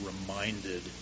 reminded